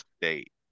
State